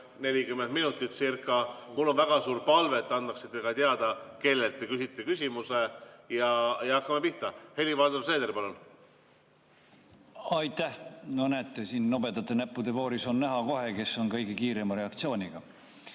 40 minutit. Mul on väga suur palve, et te annaksite ka teada, kellelt te küsimuse küsite. Ja hakkame pihta. Helir-Valdor Seeder, palun! Aitäh! No näete, nobedate näppude voorus on kohe näha, kes on kõige kiirema reaktsiooniga.